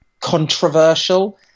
controversial